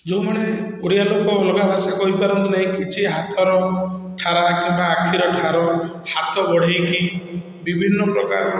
ଯେଉଁମାନେ ଓଡ଼ିଆ ଲୋକ ଅଲଗା ଭାଷା କହିପାରନ୍ତି ନାହିଁ କିଛି ହାତର ଠାର କିମ୍ବା ଆଖିର ଠାର ହାତ ବଢ଼େଇକି ବିଭିନ୍ନ ପ୍ରକାରର